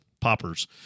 poppers